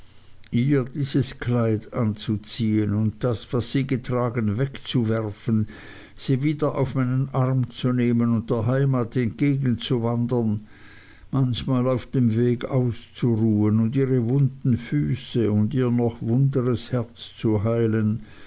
ihr dieses kleid anzuziehen und das was sie getragen wegzuwerfen sie wieder auf meinen arm zu nehmen und der heimat entgegenzuwandern manchmal auf dem weg auszuruhen und ihre wunden füße und ihr noch wunderes herz zu heilen